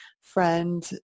friend